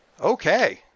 Okay